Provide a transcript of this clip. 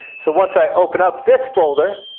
so once i open up this folder,